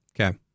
Okay